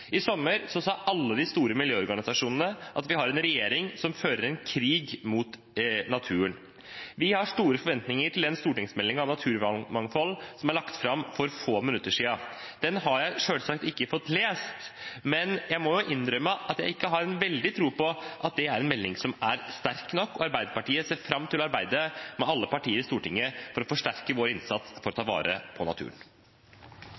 I sommer sa alle de store miljøorganisasjonene at vi har en regjering som fører en krig mot naturen. Vi har store forventninger til den stortingsmeldingen om naturmangfold som ble lagt fram for få minutter siden. Den har jeg selvsagt ikke fått lest, men jeg må innrømme at jeg ikke har veldig tro på at det er en melding som er sterk nok, og Arbeiderpartiet ser fram til å arbeide med alle partier i Stortinget for å forsterke vår innsats for å ta vare på naturen.